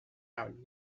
out